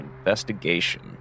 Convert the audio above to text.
investigation